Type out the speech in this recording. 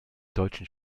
deutschen